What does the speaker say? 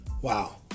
Wow